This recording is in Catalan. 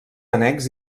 annex